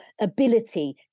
ability